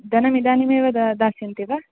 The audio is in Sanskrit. धनमिदानीमेव दा दास्यन्ति वा